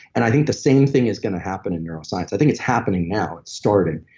and i think the same thing is going to happen in neuroscience. i think it's happening now. it's starting,